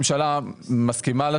הצבעה הרוויזיה לא אושרה.